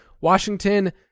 Washington